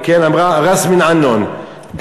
ע'צבּן ענכּ,